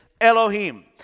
Elohim